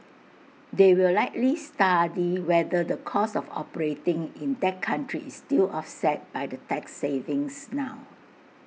they will likely study whether the cost of operating in that country is still offset by the tax savings now